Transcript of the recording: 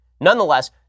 Nonetheless